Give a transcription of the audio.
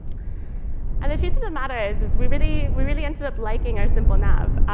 and the truth of the matter is is we really we really ended up liking our simple nav.